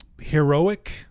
heroic